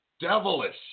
Devilish